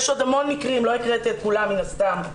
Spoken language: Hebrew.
יש עוד המון מקרים, לא קראת את כולם, מן הסתם.